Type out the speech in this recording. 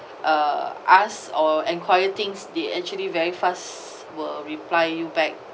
uh ask or enquire things they actually very fast will reply you back